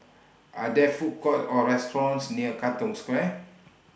Are There Food Courts Or restaurants near Katong Square